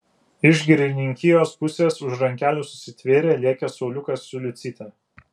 iš girininkijos pusės už rankelių susitvėrę lėkė sauliukas su liucyte